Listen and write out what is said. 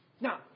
Now